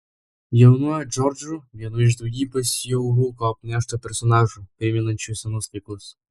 jaunuoju džordžu vienu iš daugybės jau rūko apneštų personažų primenančių senus laikus